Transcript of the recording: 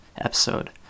episode